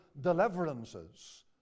deliverances